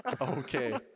Okay